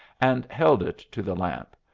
and held it to the lamp.